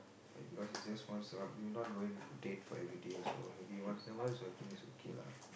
because it's just once a while you not going date for everyday also maybe once a while so I think it's okay lah